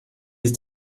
ist